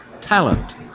Talent